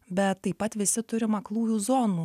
bet taip pat visi turim aklųjų zonų